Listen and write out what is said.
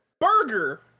Burger